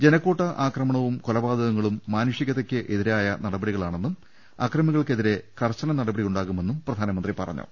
ജനക്കൂട്ട ആക്രമണവും കൊലപാതകങ്ങളും മാനുഷികതയ്ക്ക് എതിരായ നടപടിക ളാണെന്നും അക്രമികൾക്കെതിരെ കർശന നടപടി ഉണ്ടാകുമെന്നും പ്രധാന മന്ത്രി പറഞ്ഞു